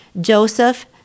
Joseph